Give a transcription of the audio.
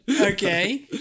Okay